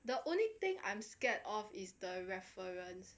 the only thing I'm scared of is the reference